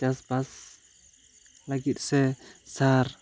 ᱪᱟᱥ ᱵᱟᱥ ᱞᱟᱹᱜᱤᱫ ᱥᱮ ᱥᱟᱨ